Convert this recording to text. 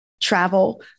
travel